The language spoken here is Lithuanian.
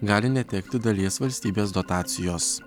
gali netekti dalies valstybės dotacijos